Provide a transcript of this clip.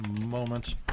moment